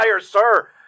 sir